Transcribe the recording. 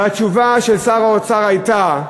והתשובה של שר האוצר הייתה: